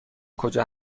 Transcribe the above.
کجا